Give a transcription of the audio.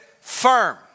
firm